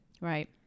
Right